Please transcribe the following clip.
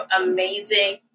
amazing